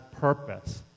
purpose